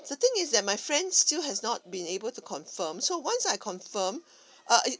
the thing is that my friend still has not been able to confirm so once I confirm uh